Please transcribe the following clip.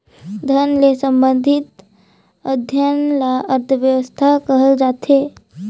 धन ले संबंधित अध्ययन ल अर्थसास्त्र कहल जाथे